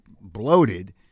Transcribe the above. bloated